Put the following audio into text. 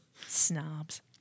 Snobs